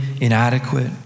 inadequate